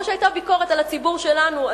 כמו שהיתה ביקורת על הציבור שלנו,